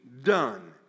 done